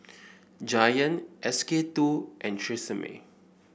Giant S K two and Tresemme